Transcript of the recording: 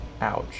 Ouch